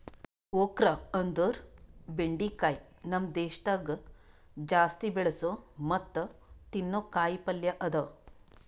okra ಅಂದುರ್ ಬೆಂಡಿಕಾಯಿ ನಮ್ ದೇಶದಾಗ್ ಜಾಸ್ತಿ ಬೆಳಸೋ ಮತ್ತ ತಿನ್ನೋ ಕಾಯಿ ಪಲ್ಯ ಅದಾ